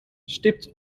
stipt